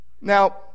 now